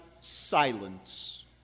silence